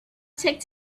take